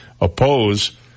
oppose